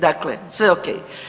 Dakle, sve ok.